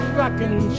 rocking